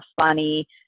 funny